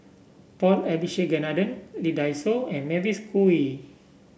Paul Abisheganaden Lee Dai Soh and Mavis Khoo Oei